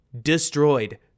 destroyed